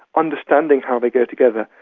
understanding how they go together,